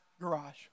garage